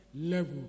level